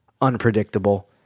unpredictable